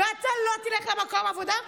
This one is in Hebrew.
ואתה לא תלך למקום עבודה,